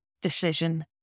decision